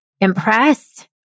impressed